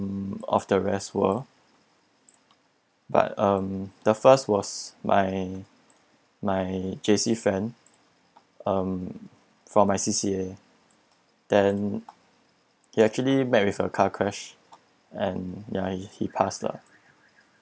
of the rest world but um the first was my my J_C friend um for my C_C_A then he actually met with a car crash and ya he he passed lah